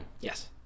Yes